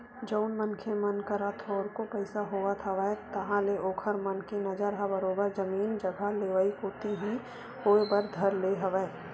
जउन मनखे मन करा थोरको पइसा होवत हवय ताहले ओखर मन के नजर ह बरोबर जमीन जघा लेवई कोती ही होय बर धर ले हवय